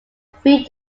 three